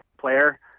player